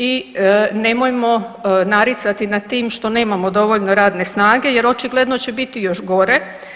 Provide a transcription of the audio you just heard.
I nemojmo naricati nad tim što nemamo dovoljno radne snage jer očigledno će biti još gore.